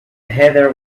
heather